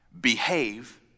Behave